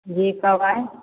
जी कब आएं